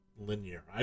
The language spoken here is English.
linear